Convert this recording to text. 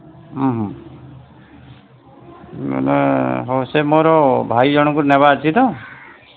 ଉଁ ହୁଁ ହଉ ସେ ମୋର ଭାଇ ଜଣଙ୍କୁ ନେବା ଅଛି ତ